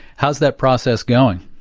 how's that process going?